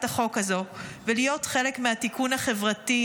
החוק הזו ולהיות חלק מהתיקון החברתי,